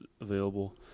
available